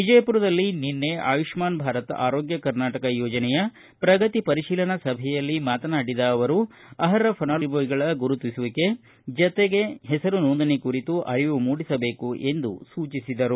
ವಿಜಯಪುರದಲ್ಲಿ ನಿನ್ನೆ ಆಯುಷ್ಮಾನ್ ಭಾರತ್ ಆರೋಗ್ಯ ಕರ್ನಾಟಕ ಯೋಜನೆಯ ಪ್ರಗತಿ ಪರಿಶೀಲನಾ ಸಭೆಯಲ್ಲಿ ಮಾತನಾಡಿದ ಅವರು ಅರ್ಹ ಫಲಾನುಭವಿಗಳ ಗುರುತಿಸುವಿಕೆ ಜತೆ ಹೆಸರು ನೋಂದಣಿ ಕುರಿತು ಅರಿವು ಮೂಡಿಸಬೇಕು ಎಂದು ಹೇಳಿದರು